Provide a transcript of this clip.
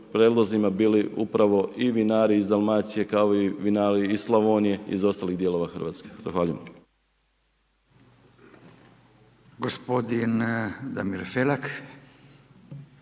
prijedlozima bili upravo i vinari iz Dalmacije kao i vinari iz Slavonije i iz ostalih dijelova Hrvatske. Zahvaljujem. **Radin, Furio